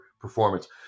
performance